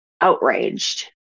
outraged